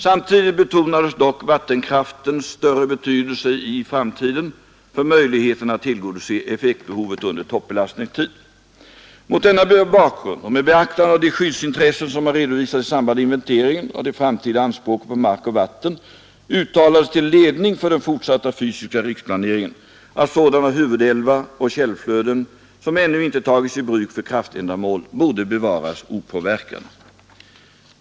Samtidigt betonades dock vattenkraftens större betydelse i framtiden för möjligheterna att tillgodose effektbehovet under toppbelastningstid. Mot denna bakgrund och med beaktande av de skyddsintressen som har redovisats i samband med inventeringen av de framtida anspråken på mark och vatten uttalades till ledning för den fortsatta fysiska riksplaneringen att sådana huvudälvar och källflöden som ännu inte tagits i bruk för kraftändamål borde bevaras opåverkade.